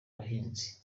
abahinzi